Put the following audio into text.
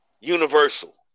Universal